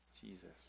Jesus